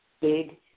big